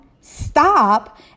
stop